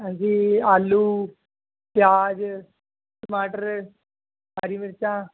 ਹਾਂਜੀ ਆਲੂ ਪਿਆਜ ਟਮਾਟਰ ਹਰੀ ਮਿਰਚਾਂ